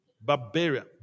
barbarian